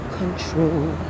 control